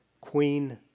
queen